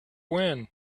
when